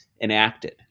enacted